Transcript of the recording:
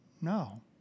No